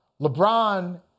LeBron